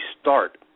start